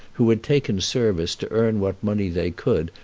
who had taken service to earn what money they could,